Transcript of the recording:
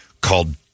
called